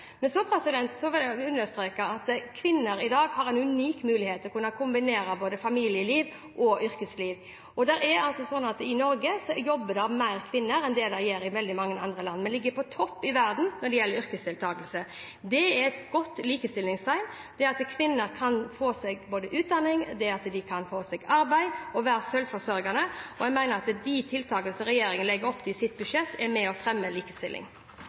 Men så vil jeg understreke at kvinner i dag har en unik mulighet til å kunne kombinere familieliv og yrkesliv. I Norge jobber flere kvinner enn det det gjør i veldig mange andre land. Vi ligger på topp i verden når det gjelder yrkesdeltakelse. Det er et godt likestillingstegn at kvinner kan ta utdanning, få arbeid og være selvforsørgende. Jeg mener at de tiltakene som regjeringen legger opp til i sitt budsjett, er med på å fremme likestilling.